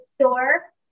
store